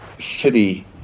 city